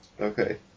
Okay